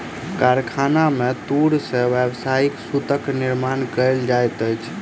कारखाना में तूर से व्यावसायिक सूतक निर्माण कयल जाइत अछि